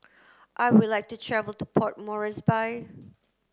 I would like to travel to Port Moresby